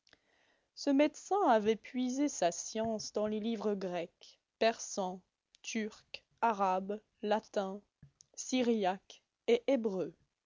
ce médecin avait puisé sa science dans les livres grecs persans turcs arabes latins syriaques et hébreux